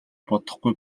бодохгүй